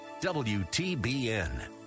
WTBN